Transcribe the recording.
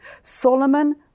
Solomon